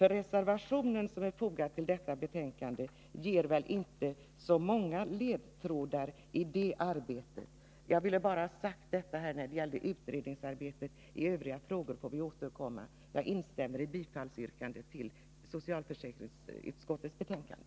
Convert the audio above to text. Reservationen som är fogad till detta betänkande ger väl inte så många ledtrådar i det arbetet. — Jag ville bara ha detta sagt vad gäller utredningsarbetet. I övriga frågor får vi återkomma. Jag instämmer i yrkandet om bifall till socialförsäkringsutskottets betänkande.